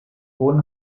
bonn